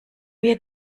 wir